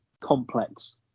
complex